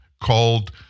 called